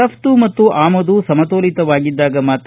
ರಫ್ತು ಮತ್ತು ಆಮದು ಸಮತೋಲಿತವಾಗಿದ್ದಾಗ ಮಾತ್ರ